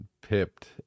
pipped